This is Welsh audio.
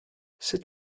sut